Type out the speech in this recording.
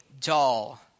doll